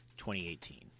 2018